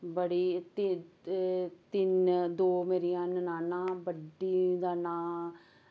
बड़ी ति तिन्न दो मेरियां ननानां बड्डी दा नांऽ